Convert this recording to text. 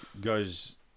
goes